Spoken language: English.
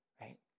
right